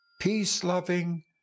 peace-loving